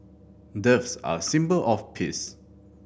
doves are a symbol of peace